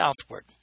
southward